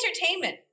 entertainment